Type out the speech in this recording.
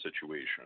situation